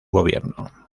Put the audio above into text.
gobierno